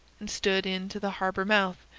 and stood in to the harbour mouth,